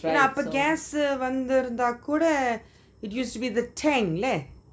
yeah but gas வந்து இருந்த கூட:vanthu iruntha kuda it used to be the tank leh